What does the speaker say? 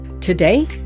Today